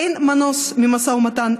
אין מנוס ממשא ממתן,